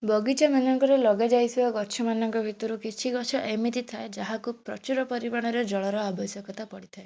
ବଗିଚାମାନଙ୍କରେ ଲଗାଯାଇଥିବା ଗଛମାନଙ୍କ ଭିତରୁ କିଛି ଗଛ ଏମିତି ଥାଏ ଯାହାକୁ ପ୍ରଚୁର ପରିମାଣରେ ଜଳର ଆବଶ୍ୟକତା ପଡ଼ିଥାଏ